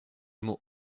mot